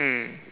mm